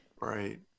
Right